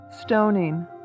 Stoning